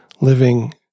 living